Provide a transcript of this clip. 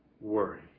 worry